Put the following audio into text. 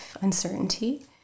uncertainty